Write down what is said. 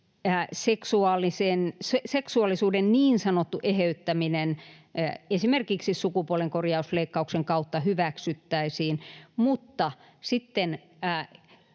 seksuaalisuuden niin sanottu eheyttäminen esimerkiksi sukupuolenkorjausleikkauksen kautta hyväksyttäisiin mutta sitten